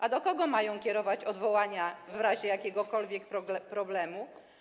A do kogo mają kierować odwołania w razie jakiegokolwiek problemu?